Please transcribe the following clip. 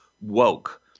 woke